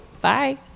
Bye